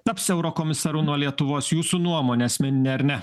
taps eurokomisaru nuo lietuvos jūsų nuomone asmenine ar ne